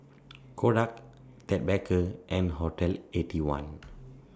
Kodak Ted Baker and Hotel Eighty One